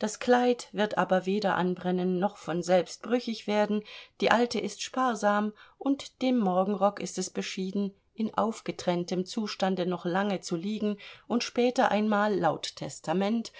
das kleid wird aber weder anbrennen noch von selbst brüchig werden die alte ist sparsam und dem morgenrock ist es beschieden in aufgetrenntem zustande noch lange zu liegen und später einmal laut testament